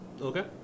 Okay